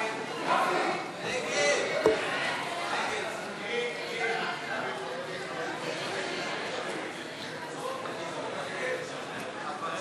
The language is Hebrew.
הצעת סיעת יש עתיד להביע אי-אמון